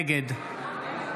נגד אלעזר שטרן,